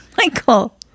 Michael